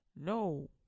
No